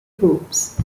groups